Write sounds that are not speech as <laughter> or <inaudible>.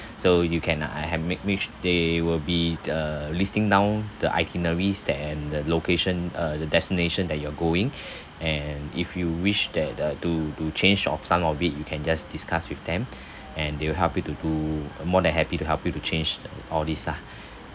so you can I have made which they will be t~ uh listing down the itineraries that and the location uh the destination that you are going and if you wish that uh to to change of some of it you can just discuss with them <breath> and they will help you to do uh more than happy to help you to change uh all this lah